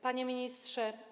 Panie Ministrze!